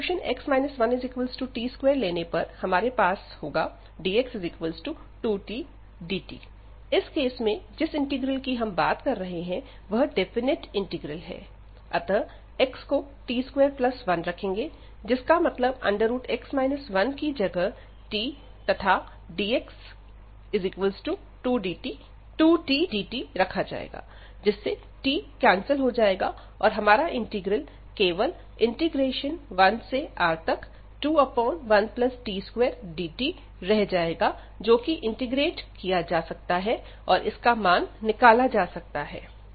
प्रतिस्थापन x 1t2 लेने पर हमारे पास रहेगा dx2t dt इस केस में जिस इंटीग्रल कि हम बात कर रहे हैं वह डेफिनेट इंटीग्रल है अतः x को t21रखेंगे जिसका मतलब x 1की जगह t तथा dx2t dt रखा जाएगा जिससे t कैंसिल हो जाएगा तथा हमारा इंटीग्रल केवल 1R21t2dt रह जाएगा जो कि इंटीग्रेट किया जा सकता है और इसका मान निकाला जा सकता है